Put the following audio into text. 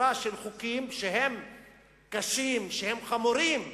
סדרה של חוקים שהם קשים, שהם חמורים.